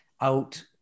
out